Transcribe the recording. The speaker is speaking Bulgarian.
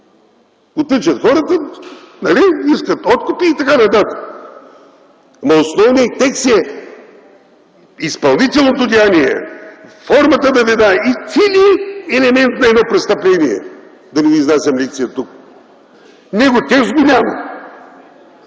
Отвличат хората, искат откупи и т.н., но основният текст е изпълнителното деяние, формата на вреда и целият елемент на едно престъпление, да не ви изнасям лекция тук. Него текст го няма.